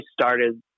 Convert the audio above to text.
started